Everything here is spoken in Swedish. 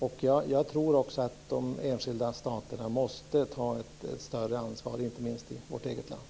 Jag tror också att de enskilda staterna måste ta ett större ansvar, inte minst vårt eget land.